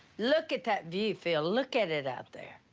look at that view, phil. look at it out there.